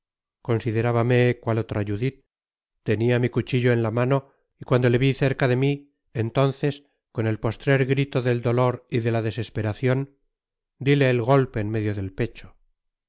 llegado considerábame cual otra judith tenia mi cuchillo en la mano y cuando le vi cerca de mi entonces con el postrer grito del dotor y de la desesperacion dile el golpe en medio de pecho